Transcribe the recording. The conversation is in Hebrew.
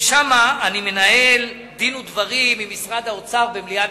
ושם אני מנהל דין ודברים עם משרד האוצר במליאת